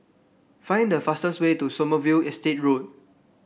find the fastest way to Sommerville Estate Road